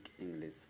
English